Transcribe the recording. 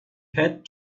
had